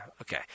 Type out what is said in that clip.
Okay